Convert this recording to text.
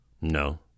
No